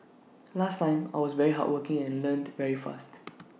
last time I was very hardworking and learnt very fast